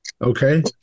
Okay